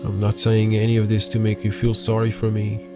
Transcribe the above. um not saying any of this to make you feel sorry for me.